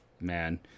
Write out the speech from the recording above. man